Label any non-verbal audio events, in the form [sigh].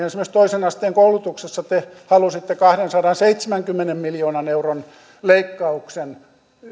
[unintelligible] esimerkiksi toisen asteen koulutukseen te halusitte kahdensadanseitsemänkymmenen miljoonan euron leikkauksen